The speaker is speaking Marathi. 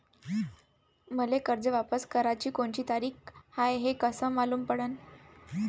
मले कर्ज वापस कराची कोनची तारीख हाय हे कस मालूम पडनं?